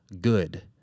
good